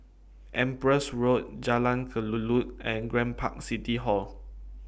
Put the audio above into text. Empress Road Jalan Kelulut and Grand Park City Hall